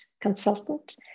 consultant